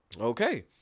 Okay